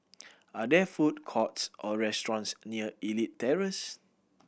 are there food courts or restaurants near Elite Terrace